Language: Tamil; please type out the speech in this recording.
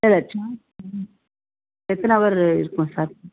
எத்தனை ஹவர் இருக்கும் சார்